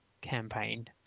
campaign